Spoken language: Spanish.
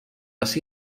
así